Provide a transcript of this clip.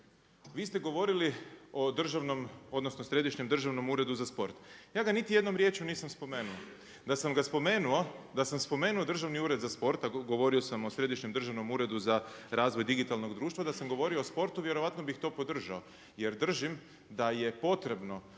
državnom, odnosno središnjem Državnom uredu za sport. Ja ga niti jednom riječju nisam spomenuo. Da sam ga spomenuo, da sam spomenuo Državni ured za sport a govorio sam o Središnjem državnom uredu za razvoj digitalnog društva, da sam govorio o sportu, vjerojatno bih to podržao jer držim da je potrebno